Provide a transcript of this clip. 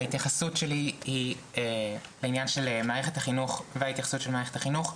ההתייחסות שלי היא לעניין של מערכת החינוך וההתייחסות של מערכת החינוך.